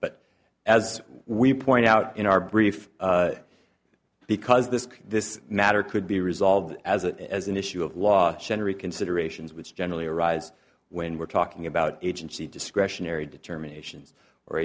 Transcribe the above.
but as we point out in our brief because this this matter could be resolved as that as an issue of law generally considerations which generally arise when we're talking about agency discretionary determination